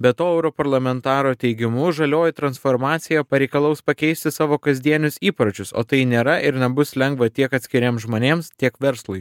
be to europarlamentaro teigimu žalioji transformacija pareikalaus pakeisti savo kasdienius įpročius o tai nėra ir nebus lengva tiek atskiriems žmonėms tiek verslui